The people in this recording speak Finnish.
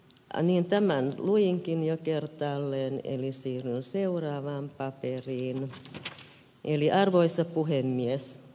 ai niin tämä muihinkin jo kertaalleen elinsiirron seuraavaan päätteisiin eli arvoisa puhemies